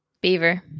Beaver